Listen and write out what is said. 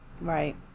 Right